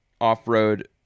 off-road